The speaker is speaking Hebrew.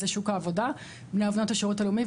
לשוק העבודה בני ובנות השירות הלאומי,